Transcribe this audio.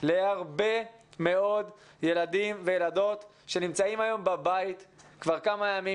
להרבה מאוד ילדים וילדות שנמצאים היום בבית כבר ימים,